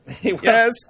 Yes